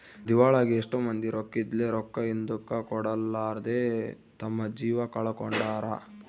ದಿವಾಳಾಗಿ ಎಷ್ಟೊ ಮಂದಿ ರೊಕ್ಕಿದ್ಲೆ, ರೊಕ್ಕ ಹಿಂದುಕ ಕೊಡರ್ಲಾದೆ ತಮ್ಮ ಜೀವ ಕಳಕೊಂಡಾರ